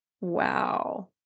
Wow